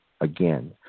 Again